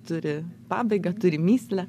turi pabaigą turi mįslę